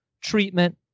treatment